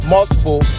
Multiple